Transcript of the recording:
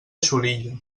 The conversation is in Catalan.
xulilla